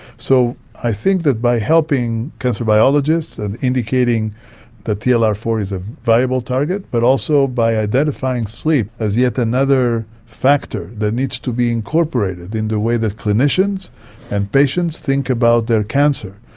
so i think that by helping cancer biologists and indicating that t l r four is a viable target but also by identifying sleep as yet another factor that needs to be incorporated in the way that clinicians and patients think about their cancer,